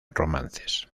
romances